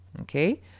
Okay